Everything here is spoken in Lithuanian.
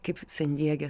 kaip san diege